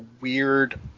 weird